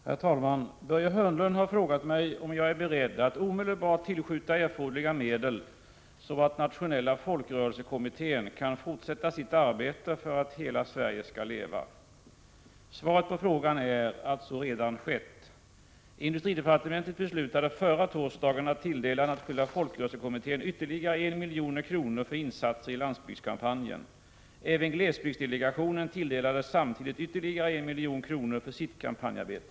Herr talman! Börje Hörnlund har frågat mig om jag är beredd att omedelbart tillskjuta erforderliga medel så att Nationella folkrörelsekommittén kan fortsätta sitt arbete för att ”Hela Sverige skall leva”. Svaret på frågan är att så har redan skett. Industridepartementet beslutade förra torsdagen att tilldela Nationella folkrörelsekommittén ytterligare 1 milj.kr. för insatser i landsbygdskampanjen. Även glesbygdsdelegationen tilldelades samtidigt ytterligare 1 milj.kr. för sitt kampanjarbete.